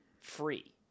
Free